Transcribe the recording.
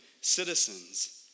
citizens